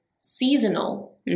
seasonal